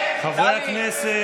חברות וחברי הכנסת,